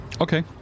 Okay